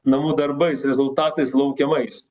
namų darbais rezultatais laukiamais